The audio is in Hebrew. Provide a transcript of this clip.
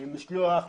משלוח,